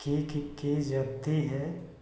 की की की जाती है